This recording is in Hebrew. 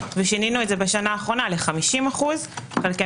ושינינו את זה בשנה האחרונה ל-50% חלקי